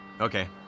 Okay